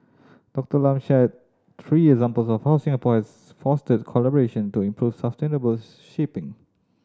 Doctor Lam shared three examples of how Singapore has fostered collaboration to improve sustainable shipping